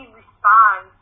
respond